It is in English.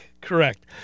Correct